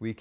we